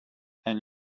and